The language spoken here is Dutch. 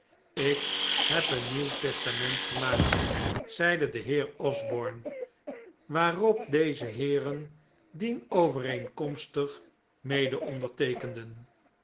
ik heb een nieuw testament gemaakt zeide de heer osborne waarop deze heeren dienovereenkomstig medeonderteekenden